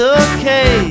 okay